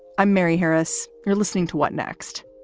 i'm mary harris. you're listening to what next.